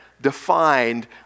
defined